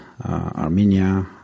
Armenia